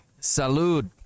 Salud